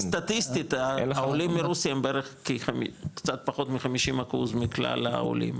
סטטיסטית העולים מרוסיה הם קצת פחות מחמישים אחוז מכלל העולים,